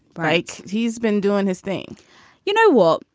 right. he's been doing his thing you know what?